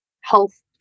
health